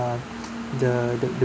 uh the the the